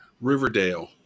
Riverdale